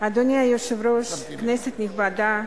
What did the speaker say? אדוני היושב-ראש, כנסת נכבדה,